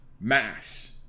mass